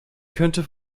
könnte